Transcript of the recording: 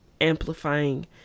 amplifying